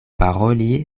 paroli